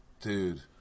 dude